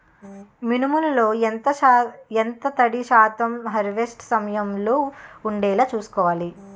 మినుములు లో ఎంత తడి శాతం హార్వెస్ట్ సమయంలో వుండేలా చుస్కోవాలి?